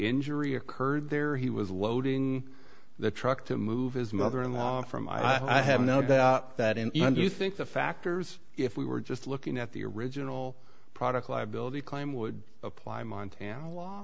injury occurred there he was loading the truck to move his mother in law from i have no doubt that in do you think the factors if we were just looking at the original product liability claim would apply m